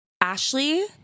Ashley